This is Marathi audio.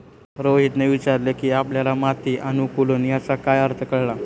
रोहितने विचारले की आपल्याला माती अनुकुलन याचा काय अर्थ कळला?